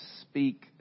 speak